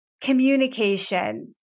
communication